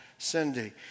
Cindy